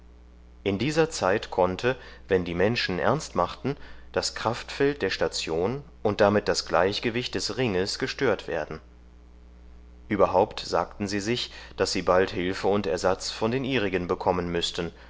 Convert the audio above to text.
in dieser zeit konnte wenn die menschen ernstmachten das kraftfeld der station und damit das gleichgewicht des ringes gestört werden überhaupt sagten sie sich daß sie bald hilfe und ersatz von den ihrigen bekommen müßten